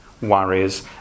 worries